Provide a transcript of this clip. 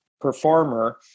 performer